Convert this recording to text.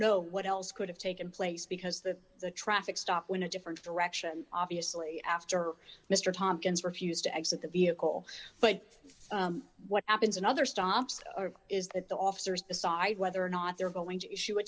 know what else could have taken place because the the traffic stopped when a different direction obviously after mr tompkins refused to exit the vehicle but what happens in other stops is that the officers decide whether or not they're going to issue a